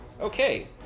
Okay